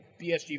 BSG